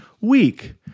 week